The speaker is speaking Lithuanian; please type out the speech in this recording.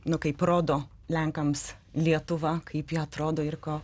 nu kaip rodo lenkams lietuva kaip ji atrodo ir ko